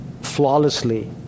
flawlessly